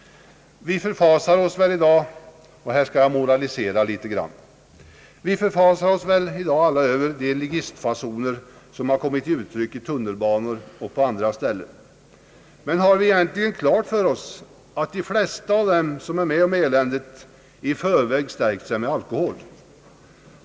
Vi förfasar oss väl i dag alla — och här skall jag moralisera något — över de ligistfasoner som har kommit till uttryck i tunnelbanan och på andra ställen. Men har vi egentligen klart för oss att de flesta av dem som är med om eländet i förväg styrkt sig med alkohol?